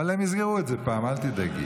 אבל הם יסגרו את זה פעם, אל תדאגי.